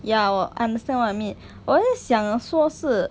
ya 我 understand what I mean 我就想说是